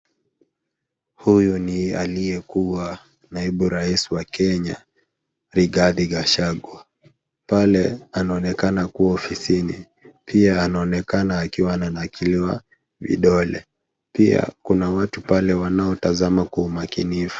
Huyu ni aliyekuwa naibu raisi wa Kenya, Rigathi Gachagua. Pale anaonekana kuwa ofisini. Pia anaonekana akiwa ananakiliwa vidole. Pia kuna watu pale wanaotazama kwa umakinifu.